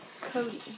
Cody